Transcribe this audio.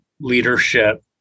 leadership